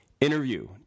interview